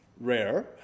rare